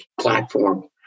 platform